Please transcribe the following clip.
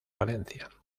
valencia